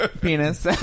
Penis